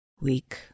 weak